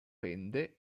rende